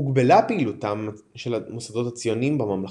הוגבלה פעילותם של המוסדות הציוניים בממלכה.